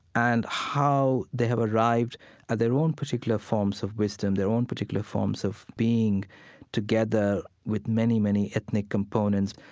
and how they have arrived at their own particular forms of wisdom, their own particular forms of being together with many, many ethnic components.